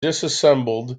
disassembled